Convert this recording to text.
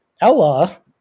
Ella